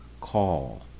Call